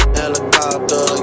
helicopter